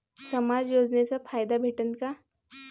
समाज योजनेचा फायदा भेटन का?